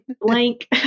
Blank